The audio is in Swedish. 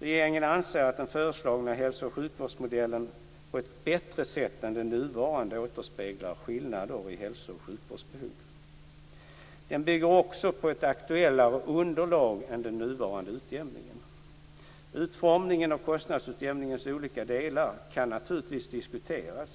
Regeringen anser att den föreslagna hälso och sjukvårdsmodellen på ett bättre sätt än den nuvarande återspeglar skillnaderna i hälso och sjukvårdsbehov. Den bygger också på ett aktuellare underlag än den nuvarande utjämningen. Utformningen av kostnadsutjämningens olika delar kan naturligtvis diskuteras,